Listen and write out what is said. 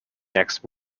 next